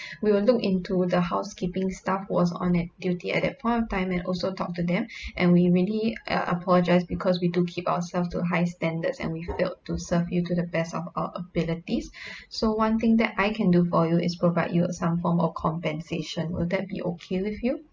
we will look into the housekeeping staff who was on at duty at that point of time and also talk to them and we really uh apologise because we do keep ourselves to a high standards and we failed to serve you the best of our abilities so one thing that I can do for you is provide you some form of compensation will that be okay with you